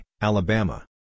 Alabama